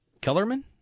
Kellerman